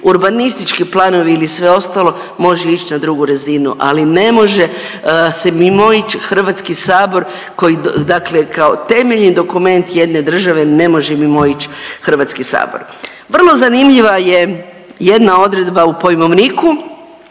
urbanistički planovi ili sve ostalo može ići na drugu razinu, ali ne može se mimoići Hrvatski sabor koji, dakle kao temeljni dokument jedne države ne može mimoići Hrvatski sabor. Vrlo zanimljiva je jedna odredba u pojmovniku.